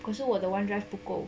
可是我的 one drive 不够